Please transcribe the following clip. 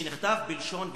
שנכתב בלשון,